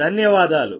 ధన్యవాదాలు